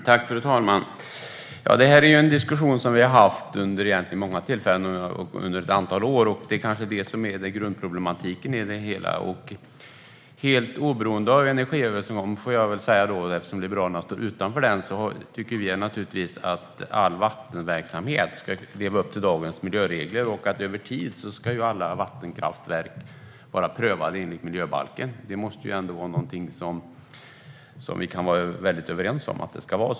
Fru talman! Detta är en diskussion som vi har haft vid många tillfällen under ett antal år. Det kanske är det som är grundproblematiken i det hela. Helt oberoende av energiöverenskommelsen - det får jag väl säga, eftersom Liberalerna står utanför den - tycker vi naturligtvis att all vattenverksamhet ska leva upp till dagens miljöregler. Och över tid ska alla vattenkraftverk vara prövade enligt miljöbalken. Det måste ändå vara någonting som vi kan vara väldigt överens om.